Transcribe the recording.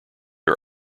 are